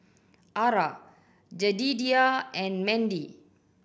Arah Jedidiah and Mendy